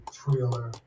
trailer